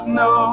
no